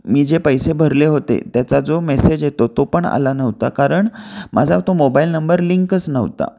मी जे पैसे भरले होते त्याचा जो मेसेज येतो तो पण आला नव्हता कारण माझा तो मोबाईल नंबर लिंकच नव्हता